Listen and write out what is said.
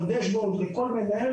במיוחד